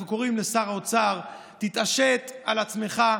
אנחנו קוראים לשר האוצר: תתעשת על עצמך,